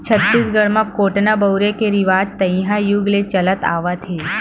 छत्तीसगढ़ म कोटना बउरे के रिवाज तइहा जुग ले चले आवत हे